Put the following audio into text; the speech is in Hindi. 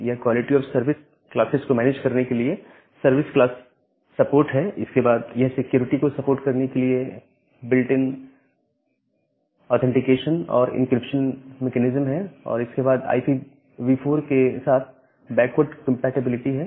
यह क्वालिटी ऑफ़ सर्विस क्लासेस को मैनेज करने के लिए सर्विस क्लास सपोर्ट है इसके बाद यह सिक्योरिटी को सपोर्ट करने के लिए बिल्ट इन ऑथेंटिकेशन और इंक्रिप्शन मेकैनिज्म है और इसके बाद IPv4 के साथ बैकवर्ड कंपैटिबिलिटी है